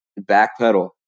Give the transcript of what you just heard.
backpedal